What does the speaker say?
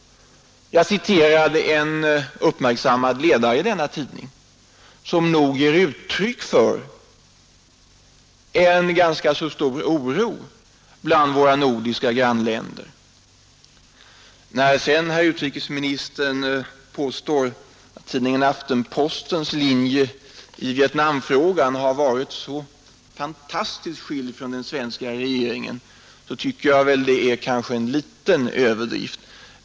Jag bara citerade en uppmärksammad ledare i denna tidning, som ger uttryck för en ganska stor oro i våra nordiska grannländer. När sedan herr utrikesministern påstår att tidningen Aftenpostens linje i Vietnamfrågan har varit så väsentligt skild från den svenska regeringens, tycker jag kanske det är en liten överdrift.